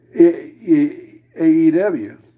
AEW